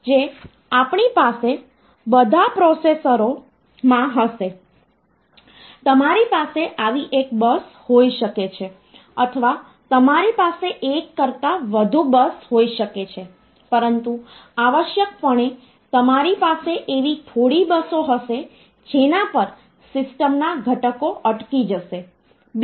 ત્યાં માઇક્રોપ્રોસેસર્સનો ઉપયોગ કરવામાં આવે છે કારણ કે તેમની પાસે ફ્લેક્સિબિલિટી હોય છે અને તેઓ સામાન્ય રીતે માઇક્રોકન્ટ્રોલર કરતાં ઊંચા દરે કામ કરવાની ક્ષમતા ધરાવે છે